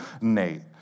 Nate